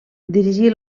dirigí